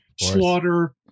Slaughter